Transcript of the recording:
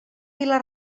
vila